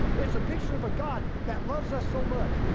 it's a picture of a god that loves us so much.